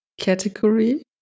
category